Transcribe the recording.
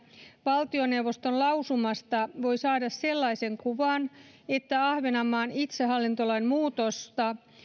valtioneuvoston lausumasta voi saada sellaisen kuvan että ahvenanmaan itsehallintolain muutosta